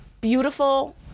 beautiful